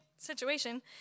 situation